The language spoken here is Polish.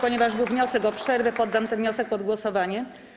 Ponieważ był wniosek o przerwę, poddam ten wniosek pod głosowanie.